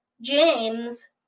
james